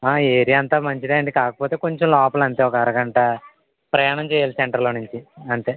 area అంతా మంచిదే అండి కాకపోతే కొంచెం లోపల అంతే ఒక అరగంట ప్రయాణం చెయ్యాలి సెంటర్లో నుంచి అంతే